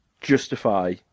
justify